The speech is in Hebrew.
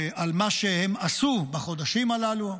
על מה שהם עשו בחודשים הללו.